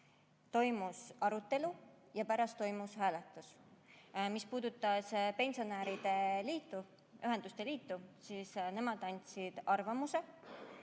Toimus arutelu ja pärast toimus hääletus. Mis puudutab pensionäride ühenduste liitu, siis nemad andsid arvamuse.